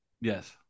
Yes